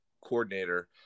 coordinator